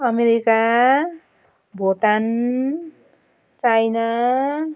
America Bhutan China